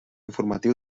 informatiu